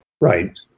Right